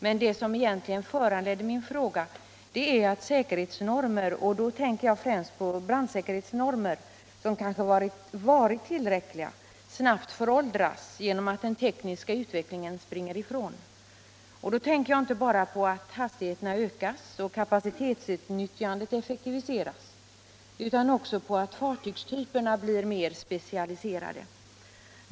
Men det som egentligen föranledde min fråga var att säkerhetsnormer som kanske varit tillräckliga — och jag tänker då speciellt på brandsäkerhetsnormer — snabbt föråldras genom den tekniska utvecklingen. Då tänker jag inte bara på att hastigheterna ökas och att kapacitetsutnyttjandet effektiviseras utan också på att fartygstyperna blir mer specialiserade.